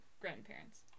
grandparents